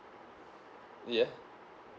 yeah